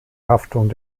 haftung